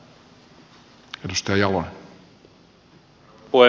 arvoisa puhemies